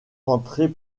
rentrées